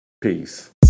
peace